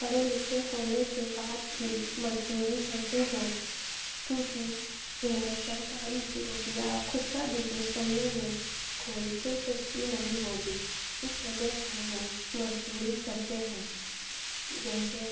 پڑھے لکھے ہونے کے بعد بھی مزدوری کرتے ہیں کیونکہ انہیں سرکاری جاب یا خود کا بزنس کرنے میں کوئی دلچسپی نہیں ہوتی اس وجہ سے وہ مزدوری کرتے ہیں جیسے